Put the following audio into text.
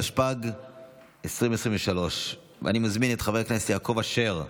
התשפ"ג 2023. אני מזמין את חבר הכנסת יעקב אשר,